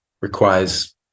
requires